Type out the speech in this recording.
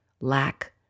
lack